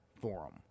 forum